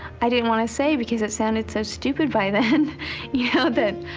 i didn't want to say because it sounded so stupid by then yeah that,